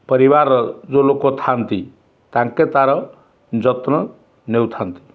ପରିବାରର ଯେଉଁ ଲୋକ ଥାଆନ୍ତି ତାଙ୍କେ ତା'ର ଯତ୍ନ ନେଉଥାନ୍ତି